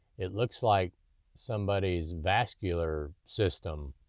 it looks like somebody's vascular system.